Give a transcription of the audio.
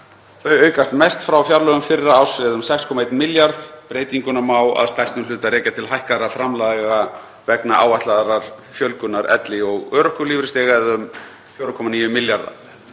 Þau aukast mest frá fjárlögum fyrra árs eða um 6,1 milljarð. Breytinguna má að stærstum hluta rekja til hækkaðra framlaga vegna áætlaðrar fjölgunar elli- og örorkulífeyrisþega eða um 4,9 milljarða.